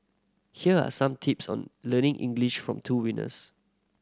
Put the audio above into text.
here are some tips on learning English from two winners